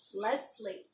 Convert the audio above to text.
Leslie